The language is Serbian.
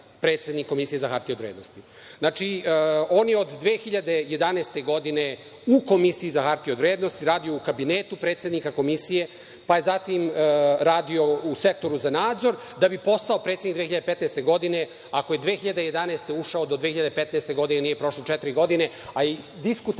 predsednik Komisije za hartije od vrednosti. Znači, on je od 2011. godine u Komisiji za hartije od vrednosti radio u kabinetu predsednika Komisije, pa je zatim radio u sektoru za nadzor, da bi postao predsednik 2015. godine. Ako je 2011. ušao, do 2015. nije prošlo četiri godine, a i diskutabilno